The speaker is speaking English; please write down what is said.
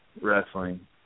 wrestling